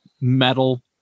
metal